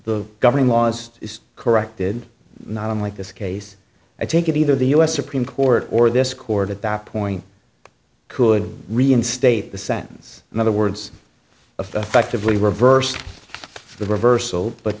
the governing laws corrected not unlike this case i take it either the us supreme court or this court at that point could reinstate the sentence in other words affectively reversed the reversal but